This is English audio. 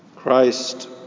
Christ